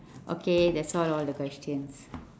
okay that's all all the questions